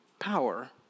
power